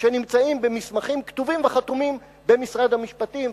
שנמצאים במסמכים כתובים וחתומים במשרד המשפטים,